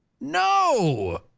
No